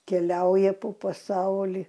keliauja po pasaulį